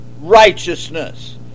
righteousness